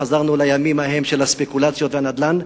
חזרנו לימים ההם של הספקולציות והנדל"ן.